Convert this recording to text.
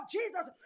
Jesus